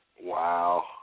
Wow